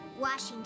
Washington